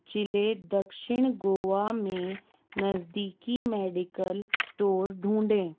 जिले दक्षिण गोवा में नज़दीकी मेडिकल स्टोर ढूँढें